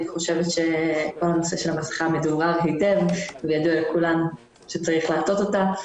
אני חושבת שכל הנושא המסכה מדוברר היטב וידוע לכולנו שצריך לעטות אותה.